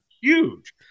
huge